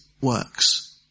works